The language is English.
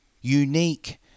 unique